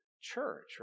church